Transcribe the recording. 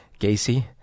Gacy